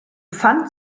pfand